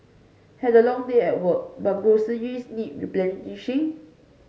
had a long day at work but groceries need replenishing